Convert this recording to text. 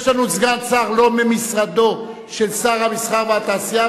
יש לנו סגן שר לא ממשרדו של שר המסחר והתעשייה,